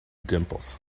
dimples